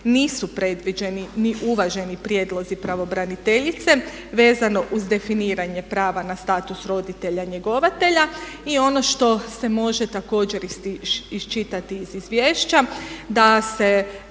nisu predviđeni ni uvaženi prijedlozi pravobraniteljice vezano uz definiranje prava na status roditelja njegovatelja i ono što se može također iščitati iz izvješća da se